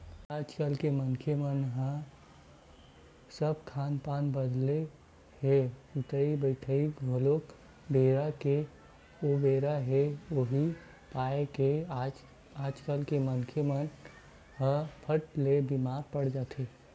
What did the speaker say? आजकल मनखे मन के सब खान पान बदले हे सुतई बइठई घलोक बेरा के उबेरा हे उहीं पाय के आजकल के मनखे मन ह फट ले बीमार पड़ जाथे